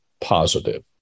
positive